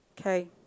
Okay